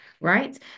right